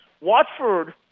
Watford